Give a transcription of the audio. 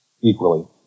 equally